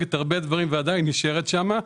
סופגת הרבה דברים ועדיין נשארת שם.